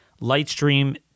Lightstream